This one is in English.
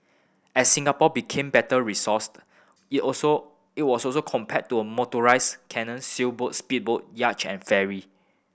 as Singapore became better resourced it also it was also compared to a motorised canoe sailboat speedboat yacht and ferry